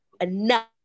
enough